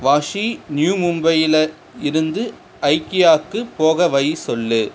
washi நியூமும்பையில் இருந்து ஐகியாக்குப் போக வழி சொல்லு